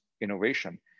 innovation